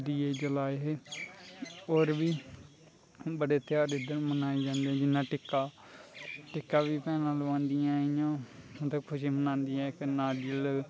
दीये जलाए हे होर बी बड़े त्यहार इद्धर मनाए जंदे न जियां टिक्का टिक्का बी भैनां लोआंदियां खुशी मनांदियां